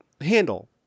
handle